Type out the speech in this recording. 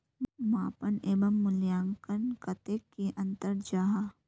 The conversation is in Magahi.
मापन एवं मूल्यांकन कतेक की अंतर जाहा?